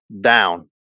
down